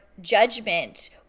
judgment